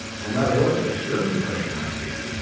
no matter what the external pressure might be.